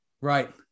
right